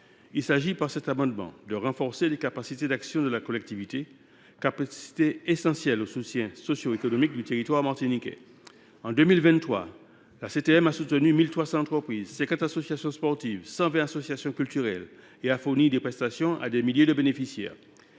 Il s’agit de renforcer les capacités d’action de la collectivité, qui sont essentielles au soutien socio économique du territoire martiniquais. En 2023, la CTM a soutenu 1 300 entreprises, 50 associations sportives, 120 associations culturelles et a fourni des prestations à des milliers de bénéficiaires.